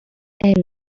end